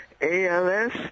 ALS